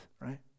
right